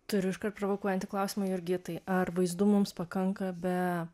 turiu iškart provokuojantį klausimą jurgitai ar vaizdų mums pakanka be